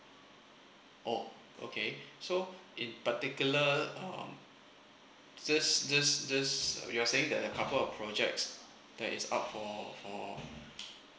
oh okay so it particular um just just just you are saying that a couple of projects that is up for for